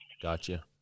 Gotcha